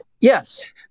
Yes